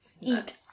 Eat